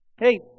Hey